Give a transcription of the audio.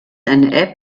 eine